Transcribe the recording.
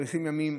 מאריכים ימים.